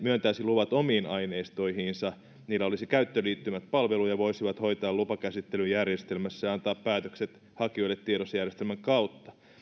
myöntäisi luvat omiin aineistoihinsa niillä olisi käyttöliittymät palveluja voisi hoitaa lupakäsittelyjärjestelmässä ja antaa päätökset hakijoille tiedoksi järjestelmän kautta